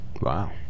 Wow